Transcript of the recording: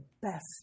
best